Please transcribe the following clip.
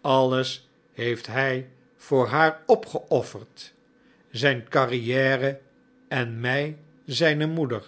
alles heeft hij voor haar opgeofferd zijn carrière en mij zijne moeder